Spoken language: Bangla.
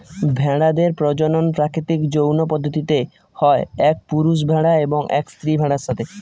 ভেড়াদের প্রজনন প্রাকৃতিক যৌন পদ্ধতিতে হয় এক পুরুষ ভেড়া এবং এক স্ত্রী ভেড়ার সাথে